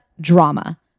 Drama